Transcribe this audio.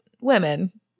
women